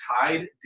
tied